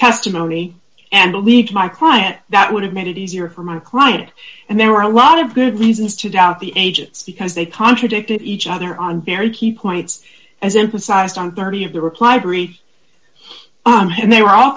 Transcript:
testimony and lead my client that would have made it easier for my client and there are a lot of good reasons to doubt the agents because they contradicted each other on very key points as emphasized on thirty of the reply brief on hand they were all